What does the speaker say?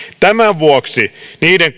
tämän vuoksi niiden